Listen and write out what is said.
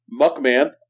Muckman